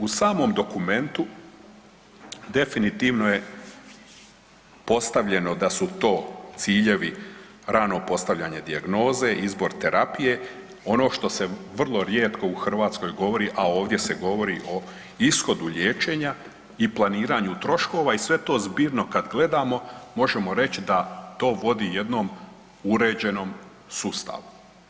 U samom dokumentu definitivno je postavljeno da su to ciljevi rano postavljanje dijagnoze, izbor terapije, ono što se vrlo rijetko u Hrvatskoj govori, a ovdje se govori o ishodu liječenja i planiranju troškova i sve to zbirno kad gledamo možemo reći da to vodi jednom uređenom sustavu.